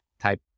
type